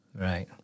Right